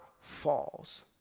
falls